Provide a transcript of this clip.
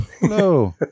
hello